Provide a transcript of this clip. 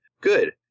good